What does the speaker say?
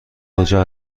کجا